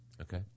Okay